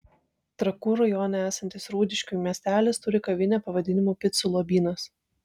trakų rajone esantis rūdiškių miestelis turi kavinę pavadinimu picų lobynas